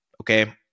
Okay